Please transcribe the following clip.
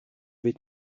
vais